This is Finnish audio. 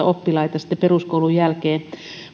oppilaita sitten peruskoulun jälkeen